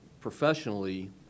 professionally